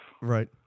Right